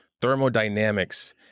thermodynamics